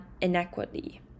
inequity